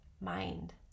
mind